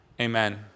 Amen